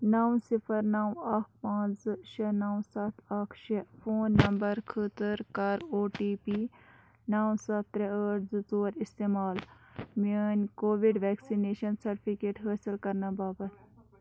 نَو صِفَر نَو اَکھ پانٛژھ زٕ شےٚ نَو سَتھ اَکھ شےٚ فون نمبر خٲطٕر کَر او ٹی پی نَو سَتھ ترٛےٚ ٲٹھ زٕ ژور استعمال میٛٲنۍ کووِڈ وٮ۪کسِنیشَن سٔٹفِکیٹ حٲصِل کَرنہٕ باپَتھ